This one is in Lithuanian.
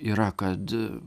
yra kad